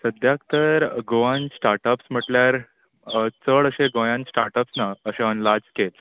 सद्याक तर Goan startups म्हणल्यार चड अशे गोंयान स्टाटाप्स ना अशे ऑन लाज स्केल